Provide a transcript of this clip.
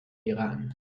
iran